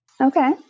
Okay